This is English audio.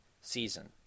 season